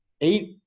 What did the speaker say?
eight